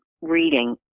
reading